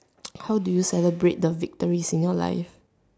how do you celebrate the victories in your life